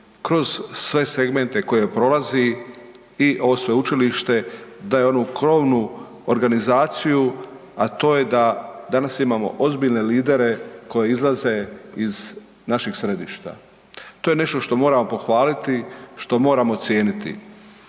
kroz sve segmente koje prolazi i ovo sveučilište daje onu krovnu organizaciju, a to je da danas imamo ozbiljne lidere koji izlaze iz naših središta. To je nešto što moramo pohvaliti, što moramo cijeniti.